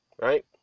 right